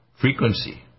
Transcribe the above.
frequency